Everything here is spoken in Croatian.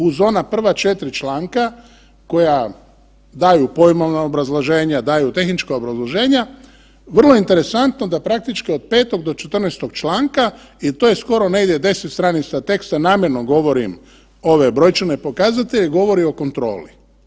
Uz ona prva 4 članka koja daju pojmovno obrazloženje, daju tehnička obrazloženja, vrlo interesantno da praktički od 5. do 14. članka i to je skoro negdje 10 stranica teksta, namjerno govorim ove brojčane pokazatelje, govori o kontroli.